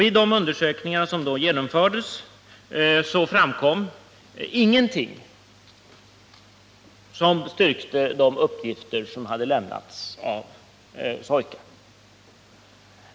Vid de undersökningar som då genomfördes framkom emellertid ingenting som styrkte de uppgifter som hade lämnats av Soyka.